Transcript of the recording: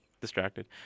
distracted